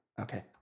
Okay